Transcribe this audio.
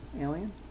Alien